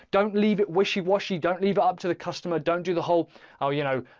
don't leave it wishy washy, don't leave up to the customer don't do the whole oh, you know,